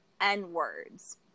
N-words